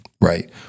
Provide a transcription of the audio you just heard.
right